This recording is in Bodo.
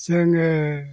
जोङो